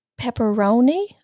Pepperoni